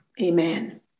amen